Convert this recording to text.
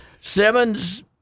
Simmons